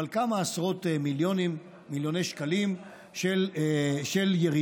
אבל כמה עשרות מיליוני שקלים של ירידה,